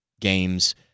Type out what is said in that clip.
games